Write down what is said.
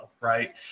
Right